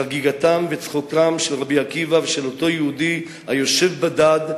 חגיגתם וצחוקם של רבי עקיבא ושל אותו יהודי היושב בדד,